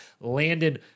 Landon